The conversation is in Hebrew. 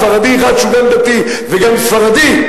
ספרדי אחד שהוא גם דתי וגם ספרדי?